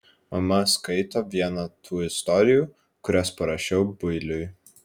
mama skaito vieną tų istorijų kurias parašiau builiui